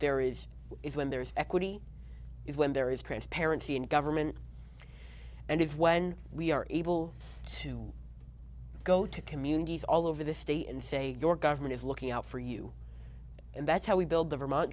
there is when there is equity is when there is transparency in government and when we are able to go to communities all over the state and say your government is looking out for you and that's how we build the vermont